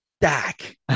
stack